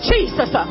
Jesus